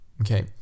okay